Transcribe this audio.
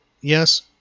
Yes